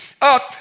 up